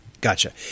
Gotcha